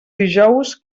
dijous